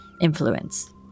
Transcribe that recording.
influence